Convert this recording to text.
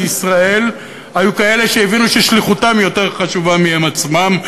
ישראל היו כאלה שהבינו ששליחותם יותר חשובה מהם עצמם,